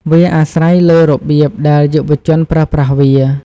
វាអាស្រ័យលើរបៀបដែលយុវជនប្រើប្រាស់វា។